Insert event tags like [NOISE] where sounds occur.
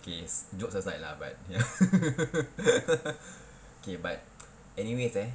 K jokes aside lah but ya [LAUGHS] okay but anyways eh